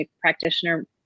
practitioner